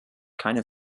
keine